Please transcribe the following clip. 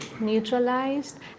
neutralized